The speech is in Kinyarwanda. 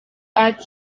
art